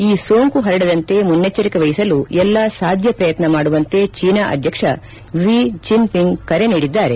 ಈ ಸೋಂಕು ಹರಡದಂತೆ ಮುನ್ನೆಚ್ಚರಿಕೆ ವಹಿಸಲು ಎಲ್ಲ ಸಾಧ್ಯ ಪ್ರಯತ್ನ ಮಾಡುವಂತೆ ಚೀನಾ ಅಧ್ಯಕ್ಷ ಕ್ಪಿ ಜಿನ್ಪಿಂಗ್ ಕರೆ ನೀಡಿದ್ದಾರೆ